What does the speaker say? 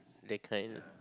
that kind